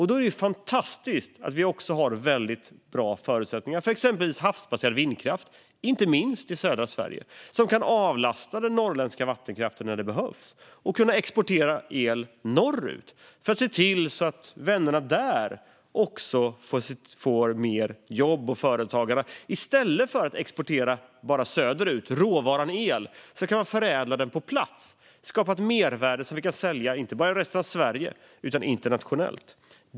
Då är det fantastiskt att vi har väldigt bra förutsättningar för exempelvis havsbaserad vindkraft, inte minst i södra Sverige, så att vi kan avlasta den norrländska vattenkraften när det behövs och exportera el norrut för att se till att vännerna där också får mer jobb och företagande. I stället för att bara exportera råvaran el söderut kan man förädla den på plats och skapa ett mervärde som vi kan sälja inte bara i resten av Sverige utan också internationellt.